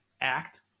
act